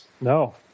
No